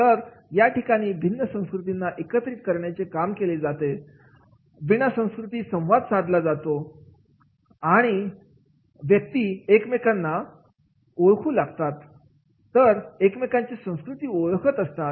तर या ठिकाणी भिन्नभिन्न संस्कृतींना एकत्रित करण्याचे काम केले जातात वीणा संस्कृतीमध्ये संवाद साधला जातो व्यक्ती एकमेकांना ओळखू लागतात एकमेकांचे संस्कृती ओळखत असतात